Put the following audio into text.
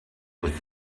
with